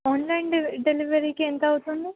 online డె డెలివరీకి ఎంత అవుతుంది